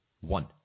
One